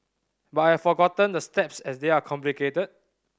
but I have forgotten the steps as they are complicated